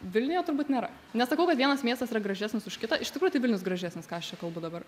vilniuje turbūt nėra nesakau kad vienas miestas yra gražesnis už kitą iš tikrųjų tai vilnius gražesnis ką aš čia kalbu dabar